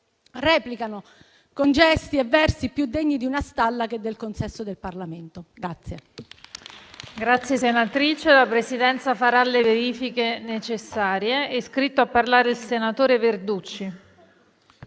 ricorrendo a gesti e versi più degni di una stalla che del consesso del Parlamento.